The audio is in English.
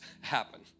happen